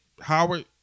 Howard